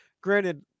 Granted